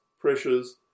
pressures